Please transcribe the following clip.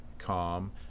calm